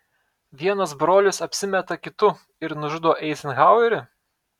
vienas brolis apsimeta kitu ir nužudo eizenhauerį